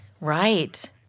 Right